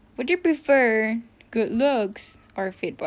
would you prefer good looks or a fit body